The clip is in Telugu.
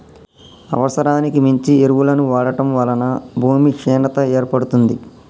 అవసరానికి మించి ఎరువులను వాడటం వలన భూమి క్షీణత ఏర్పడుతుంది